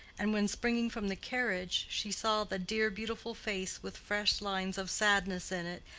and when springing from the carriage she saw the dear beautiful face with fresh lines of sadness in it,